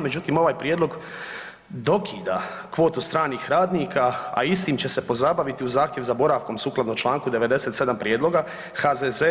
Međutim, ovaj prijedlog dokida kvotu stranih radnika, a istim će se pozabaviti u zahtjev za boravkom sukladno čl. 97. prijedloga HZZ